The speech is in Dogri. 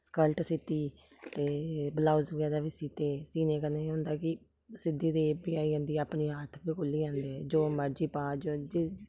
स्कलट सीती ते ब्लौज बगैरा बी सीते सीने कन्नै एह् होंदा कि सिद्धी रेब बी आई जंदी अपने हत्थ बी खु'ल्ली जंदे जो मर्जी पाऽ जिस्सी